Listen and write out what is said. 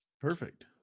Perfect